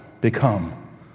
become